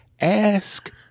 ask